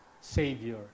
Savior